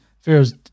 Pharaoh's